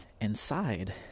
inside